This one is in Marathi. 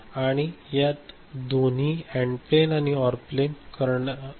आणि यात दोन्ही and plane or plane program करण्यायोग्य असतात